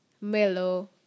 mellow